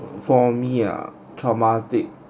for me ah traumatic